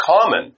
common